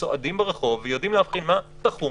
צועדים ברחוב ויודעים להבחין מה תָּחוּם,